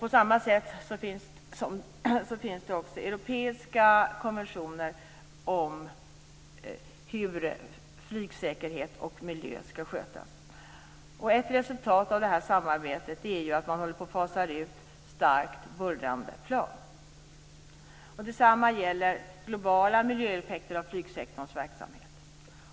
På samma sätt finns det också europeiska konventioner om hur flygsäkerhet och miljö skall skötas. Ett resultat av detta samarbete är att man håller på att fasa ut starkt bullrande flygplan. Detsamma gäller globala miljöeffekter av flygsektorns verksamhet.